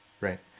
right